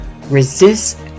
resist